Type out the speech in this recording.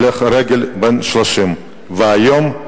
נהרג הולך רגל בן 30. היום,